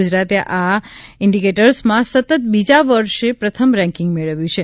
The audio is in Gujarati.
ગુજરાતે આ ઇન્ડીકેટર્સમાં સતત બીજા વર્ષ પ્રથમ રેન્કીંગ મેળવ્યું છે